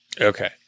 Okay